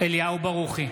אליהו ברוכי,